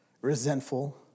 resentful